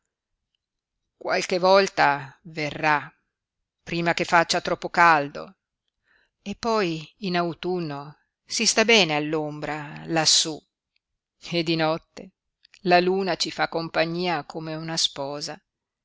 qualche volta verrà prima che faccia troppo caldo e poi in autunno si sta bene all'ombra lassú e di notte la luna ci fa compagnia come una sposa